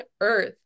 earth